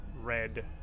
red